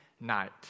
night